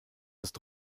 ist